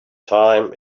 time